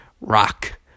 rock